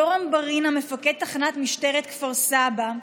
יורם ברינה, מפקד תחנת משטרת כפר סבא,